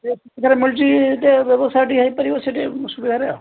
ମିଳୁଛି ଟିକେ ବ୍ୟବସାୟ ଟିକେ ହୋଇପାରିବ ସେଠି ସୁବିଧାରେ ଆଉ